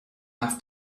have